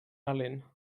allen